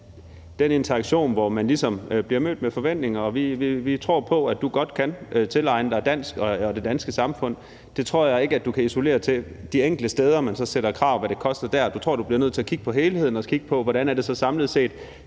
den interaktion, hvor du ligesom bliver mødt med forventninger, og vi godt tror på, at du kan tilegne dig dansk og det danske samfund. Det tror jeg ikke du kan sige isoleret set handler om de enkelte steder, hvor man så stiller krav om, hvad det koster, men jeg tror, at du bliver nødt til at kigge på helheden, og hvordan det så samlet set